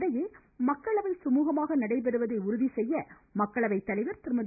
இதனிடையே மக்களவை சுமூகமாக நடைபெறுவதை உறுதிசெய்ய மக்களவை தலைவர் திருமதி